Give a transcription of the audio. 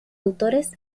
autores